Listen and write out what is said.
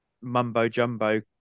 mumbo-jumbo